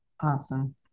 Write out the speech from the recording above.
Awesome